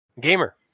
Gamer